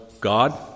God